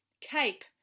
cape